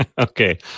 Okay